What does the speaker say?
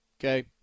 Okay